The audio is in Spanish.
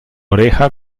oreja